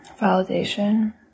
Validation